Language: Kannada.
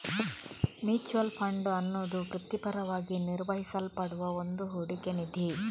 ಮ್ಯೂಚುಯಲ್ ಫಂಡ್ ಅನ್ನುದು ವೃತ್ತಿಪರವಾಗಿ ನಿರ್ವಹಿಸಲ್ಪಡುವ ಒಂದು ಹೂಡಿಕೆ ನಿಧಿ